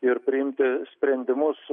ir priimti sprendimus